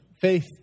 faith